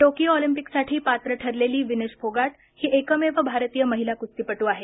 Tokyo ऑलिम्पिकसाठी पात्र ठरलेली विनेश फोगाट ही एकमेव भारतीय महिला कुस्तीपटू आहे